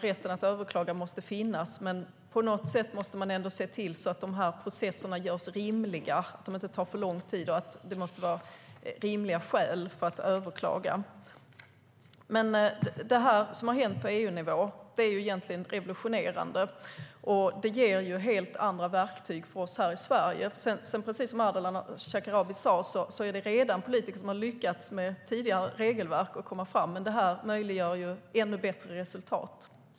Rätten att överklaga måste finnas. Men på något sätt måste man ändå se till att processerna görs rimliga, att de inte tar för lång tid och att det måste vara rimliga skäl för att överklaga. Det som har hänt på EU-nivå är egentligen revolutionerande. Det ger helt andra verktyg för oss här i Sverige. Precis som Ardalan Shekarabi sa är det redan politiker som har lyckats att komma fram med tidigare regelverk. Men detta möjliggör ännu bättre resultat.